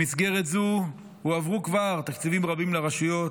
במסגרת זו הועברו כבר תקציבים רבים לרשויות,